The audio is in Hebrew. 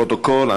לפרוטוקול,